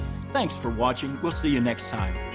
thanks for watching, we'll see you next time.